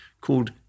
called